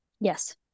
Yes